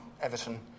Everton